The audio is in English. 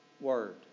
Word